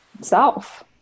self